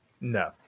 no